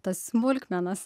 tas smulkmenas